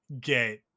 get